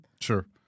Sure